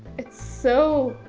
it's so,